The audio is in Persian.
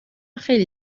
خیلی